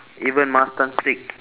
even mutton steak